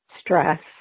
stress